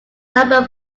lumber